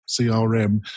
CRM